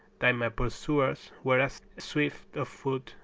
that my pursuers were as swift of foot,